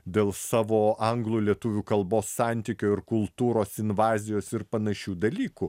dėl savo anglų lietuvių kalbos santykio ir kultūros invazijos ir panašių dalykų